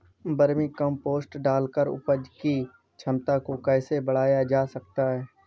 Vermi compost डालकर उपज की क्षमता को कैसे बढ़ाया जा सकता है?